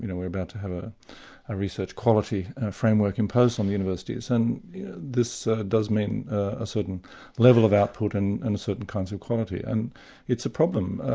you know we're about to have a a research quality and a framework imposed on the universities, and this does mean a certain level of output and and certain kinds of quality, and it's a problem.